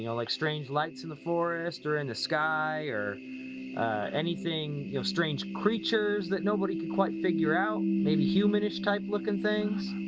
you know like strange lights in the forest or in the sky, or anything like you know strange creatures that nobody could quite figure out. maybe human-ish type looking things?